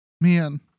Man